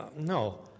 No